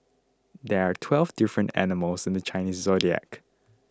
there are twelve different animals in the Chinese zodiac